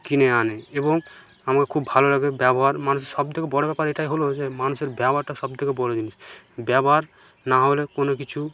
কিনে আনে এবং আমার খুব ভালো লাগে ব্যবহার মানুষের সবথেকে বড় ব্যাপার এটাই হলো যে মানুষের ব্যবহারটা সবথেকে বড় জিনিস ব্যবহার না হলে কোনও কিছু